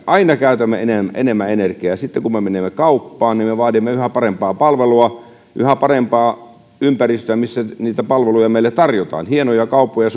aina käytämme enemmän enemmän energiaa sitten kun me menemme kauppaan me me vaadimme yhä parempaa palvelua yhä parempaa ympäristöä missä niitä palveluja meille tarjotaan hienoja kauppoja